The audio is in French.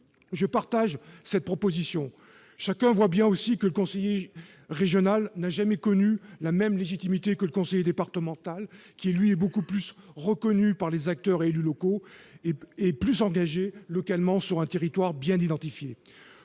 Je partage cette proposition. Chacun sait bien que le conseiller régional n'a jamais connu la même légitimité que le conseiller départemental, qui est beaucoup plus reconnu par les acteurs locaux et plus engagé localement sur un territoire bien identifié.